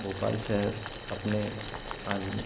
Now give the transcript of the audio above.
भोपाल शहर अपने आन